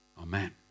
Amen